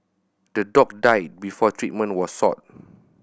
the dog died before treatment was sought